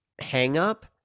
hang-up